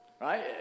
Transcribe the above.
Right